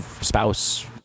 spouse